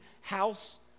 house